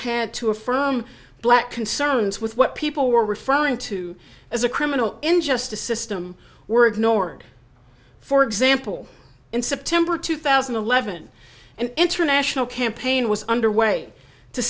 had to affirm black concerns with what people were referring to as a criminal injustice system were ignored for example in september two thousand and eleven and international campaign was underway to